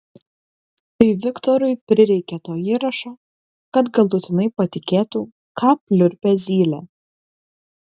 tai viktorui prireikė to įrašo kad galutinai patikėtų ką pliurpia zylė